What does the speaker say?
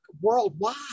worldwide